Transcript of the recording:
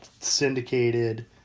syndicated